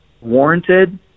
warranted